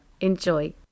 enjoy